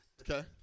Okay